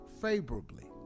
favorably